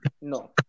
no